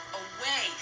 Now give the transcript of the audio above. away